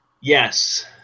Yes